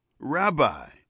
Rabbi